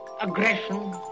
aggression